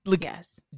Yes